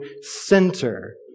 center